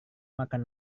makan